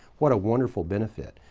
what a wonderful benefit.